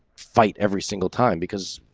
fight every single time. because